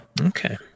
Okay